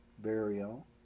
Burial